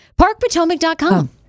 Parkpotomac.com